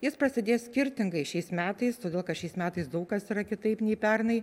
jis prasidės skirtingai šiais metais todėl kad šiais metais daug kas yra kitaip nei pernai